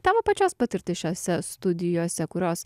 tavo pačios patirtis šiose studijose kurios